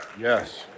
Yes